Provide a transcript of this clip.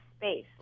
space